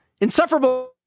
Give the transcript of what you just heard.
insufferable